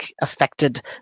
affected